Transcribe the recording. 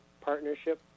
Partnership